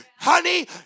Honey